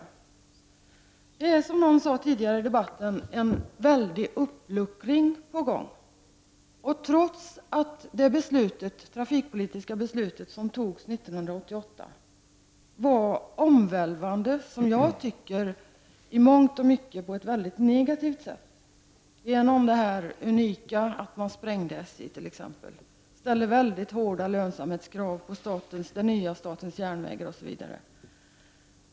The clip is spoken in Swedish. Det är, som någon sade tidigare i debatten, en väldig uppluckring på gång. Det trafikpolitiska beslutet som fattades 1988 var omvälvande på ett, som jag tycker, i mångt och mycket negativt sätt. Det var det genom att man t.ex. sprängde SJ och ställde hårda lönsamhetskrav på det nya SJ osv.